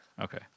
Okay